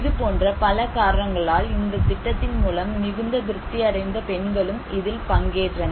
இதுபோன்ற பல காரணங்களால் இந்த திட்டத்தின் மூலம் மிகுந்த திருப்தி அடைந்த பெண்களும் இதில் பங்கேற்றனர்